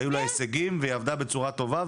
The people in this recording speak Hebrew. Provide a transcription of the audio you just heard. היו לה הישגים והיא עבדה בצורה טובה,